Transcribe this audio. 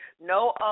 no